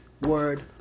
word